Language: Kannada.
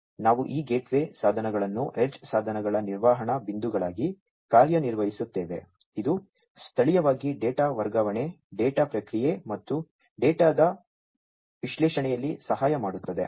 ನಂತರ ನೀವು ನಾವು ಈ ಗೇಟ್ವೇ ಸಾಧನಗಳನ್ನು ಎಡ್ಜ್ ಸಾಧನಗಳ ನಿರ್ವಹಣಾ ಬಿಂದುಗಳಾಗಿ ಕಾರ್ಯನಿರ್ವಹಿಸುತ್ತೇವೆ ಇದು ಸ್ಥಳೀಯವಾಗಿ ಡೇಟಾ ವರ್ಗಾವಣೆ ಡೇಟಾ ಪ್ರಕ್ರಿಯೆ ಮತ್ತು ಡೇಟಾದ ವಿಶ್ಲೇಷಣೆಯಲ್ಲಿ ಸಹಾಯ ಮಾಡುತ್ತದೆ